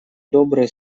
добрые